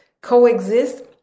coexist